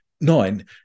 nine